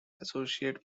associate